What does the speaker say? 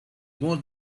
more